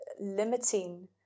limiting